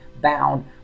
bound